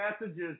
messages